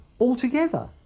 altogether